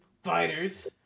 fighters